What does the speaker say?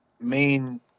main